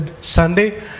Sunday